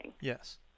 Yes